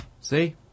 See